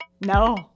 No